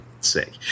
sick